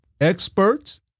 experts